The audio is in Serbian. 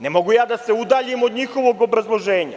Ne mogu da se udaljim od njihovog obrazloženja.